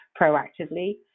proactively